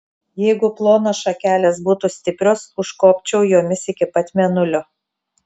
jeigu plonos šakelės būtų stiprios užkopčiau jomis iki pat mėnulio